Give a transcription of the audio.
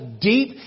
deep